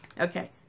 Okay